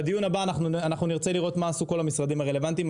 בדיון הבא אנחנו נרצה לראות מה עשו כל המשרדים הרלבנטיים.